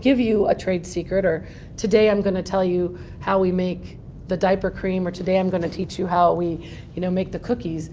give you a trade secret. or today i'm going to tell you how we make the diaper cream or today i'm going to teach you how we you know make the cookies,